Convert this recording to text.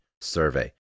survey